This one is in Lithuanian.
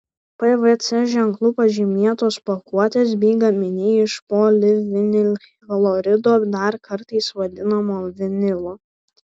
pvc ženklu pažymėtos pakuotės bei gaminiai iš polivinilchlorido dar kartais vadinamo vinilu